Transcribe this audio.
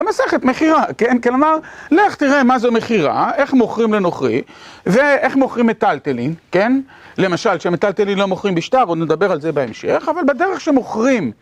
מסכת, מכירה, כן? כלומר, לך תראה מה זו מכירה, איך מוכרים לנוכרי ואיך מוכרים מטלטלין, כן? למשל, כשהמטלטלין לא מוכרים בשטר, עוד נדבר על זה בהמשך, אבל בדרך שמוכרים...